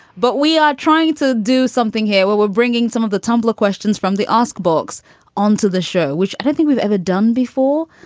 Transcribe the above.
but we are trying to do something here where we're bringing some of the tumblr questions from the ask box onto the show, which i don't think we've ever done before,